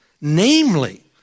namely